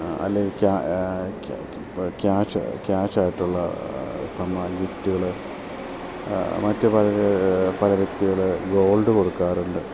അല്ലെ ക്യാ ഇപ്പോൾ ക്യാഷ് ക്യാഷായിട്ടുള്ള സമ്മാനം ഗിഫ്റ്റുകൾ മറ്റു പല പല വ്യക്തികൾ ഗോൾഡ് കൊടുക്കാറുണ്ട്